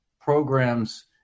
programs